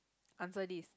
answer this